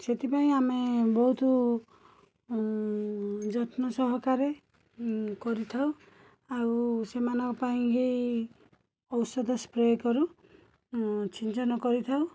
ସେଥିପାଇଁ ଆମେ ବହୁତ ଯତ୍ନ ସହକାରେ କରିଥାଉ ଆଉ ସେମାନଙ୍କ ପାଇଁ ଇଏ ଔଷଧ ସ୍ପ୍ରେ କରୁ ଛିଞ୍ଚନ କରିଥାଉ